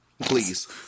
Please